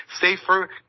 safer